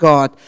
God